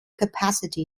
capacity